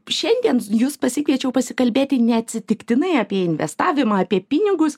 šiandien jus pasikviečiau pasikalbėti neatsitiktinai apie investavimą apie pinigus